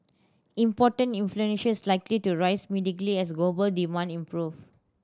imported inflation is likely to rise mildly as global demand improve